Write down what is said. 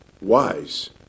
wise